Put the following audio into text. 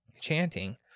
Chanting